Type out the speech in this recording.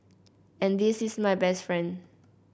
and this is my best friend